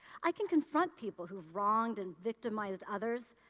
i can confront people who wronged and victimized others,